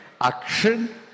action